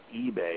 eBay